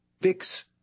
fix